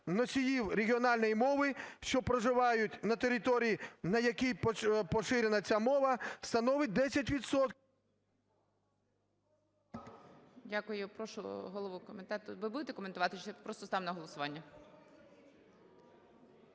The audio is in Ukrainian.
носіїв регіональної мови, що проживають на території, на якій поширена ця мова, становить 10